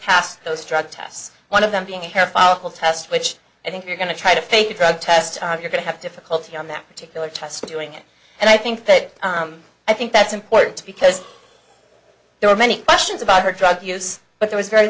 passed those drug tests one of them being a hair follicle test which i think you're going to try to fake a drug test on you're going to have difficulty on that particular test doing it and i think that i think that's important because there are many questions about her drug use but there is very